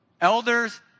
Elders